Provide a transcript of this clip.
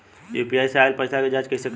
UPI से आइल पईसा के जाँच कइसे करब?